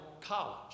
college